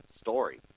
story